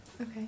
Okay